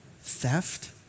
theft